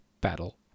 Battle